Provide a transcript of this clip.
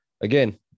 again